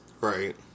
Right